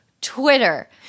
Twitter